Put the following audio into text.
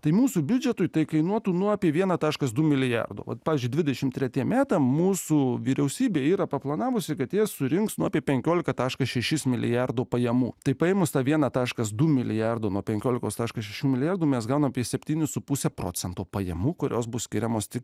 tai mūsų biudžetui tai kainuotų nuo apie vieną taškas du milijardo vat pavyzdžiui dvidešim tretiem metam mūsų vyriausybė yra paplanavusi kad jie surinks apie penkiolika taškas šešis milijardo pajamų tai paėmus tą vieną taškas du milijardo nuo penkiolikos taškas šeši milijardo mes gauname apie septynis su puse procento pajamų kurios bus skiriamos tik